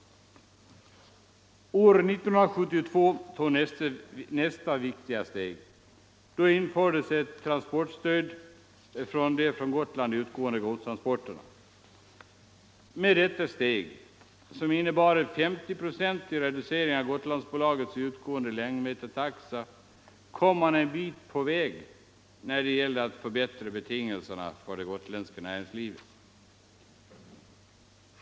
År 1972 togs nästa viktiga steg. Då infördes ett transportstöd för de från Gotland utgående godstransporterna. Med detta steg, som innebar 50 procents reducering av Gotlandsbolagets utgående längdmetertaxa, kom man en bit på väg när det gällde att förbättra betingelserna för det gotländska näringslivet.